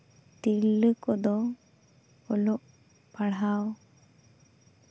ᱛᱤᱨᱞᱟᱹ ᱠᱚᱫᱚ ᱚᱞᱚᱜ ᱯᱟᱲᱦᱟᱣ